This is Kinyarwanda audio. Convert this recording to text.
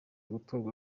gutorwa